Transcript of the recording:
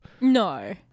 No